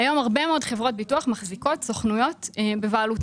היום הרבה מאוד חברות ביטוח מחזיקות סוכנויות בבעלותן.